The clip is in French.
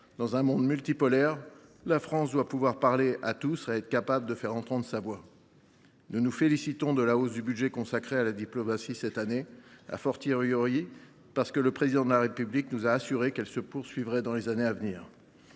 Dans un monde multipolaire, la France doit pouvoir parler à tous et être capable de faire entendre sa voix. Nous nous félicitons de la hausse du budget consacré à la diplomatie cette année, parce que le Président de la République nous a assuré qu’elle se poursuivrait dans les années à venir.